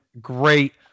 great